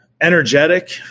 Energetic